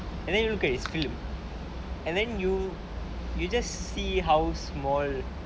and then you will get his film and then you you just see how small